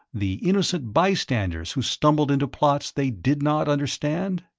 the innocent bystanders who stumbled into plots they did not understand?